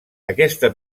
aquesta